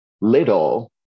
little